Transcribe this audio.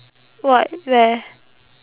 what where